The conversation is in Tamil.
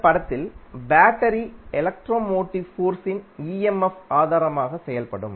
இந்த படத்தில் பேட்டரி எலக்ட்ரோமோட்டிவ் ஃபோர்ஸ் இன் emf ஆதாரமாக செயல்படும்